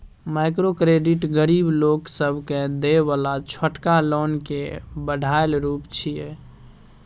micro credit गरीब लोक सबके देय बला छोटका लोन के बढ़ायल रूप छिये